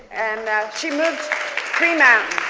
and she moved three mountains.